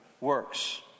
works